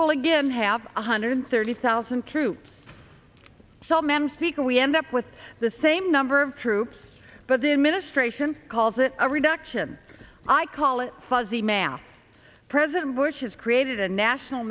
will again have one hundred thirty thousand troops so men speak and we end up with the same number of troops but the administration calls it a reduction i call it fuzzy math president bush has created a national